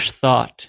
Thought